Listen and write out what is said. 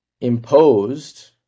imposed